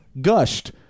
gushed